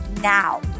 now